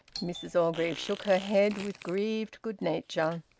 mrs orgreave shook her head, with grieved good-nature.